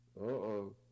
Uh-oh